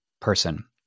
person